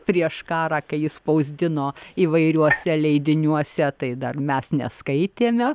prieš karą kai jis spausdino įvairiuose leidiniuose tai dar mes neskaitėme